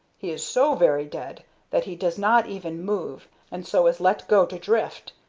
he is so very dead that he does not even move, and so is let go to drift,